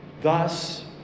Thus